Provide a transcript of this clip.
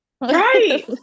Right